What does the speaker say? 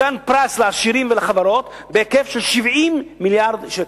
מתן פרס לעשירים ולחברות בהיקף של 70 מיליארד שקל,